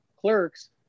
clerks